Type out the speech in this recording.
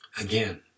Again